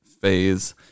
phase